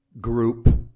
group